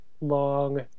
long